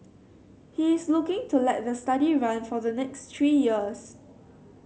he is looking to let the study run for the next three years